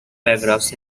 paragraphs